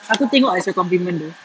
aku tengok as compliment though